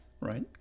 right